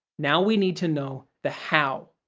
now we need to know the how,